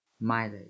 Mileage